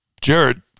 Jared